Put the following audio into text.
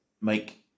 make